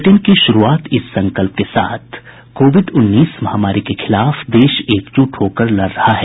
bulletin की शुरूआत इस संकल्प के साथ कोविड उन्नीस महामारी के खिलाफ देश एकजुट होकर लड़ रहा है